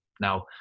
now